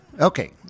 Okay